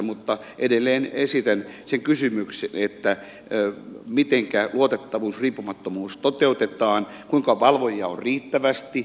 mutta edelleen esitän sen kysymyksen miten luotettavuus riippumattomuus toteutetaan kuinka valvojia on riittävästi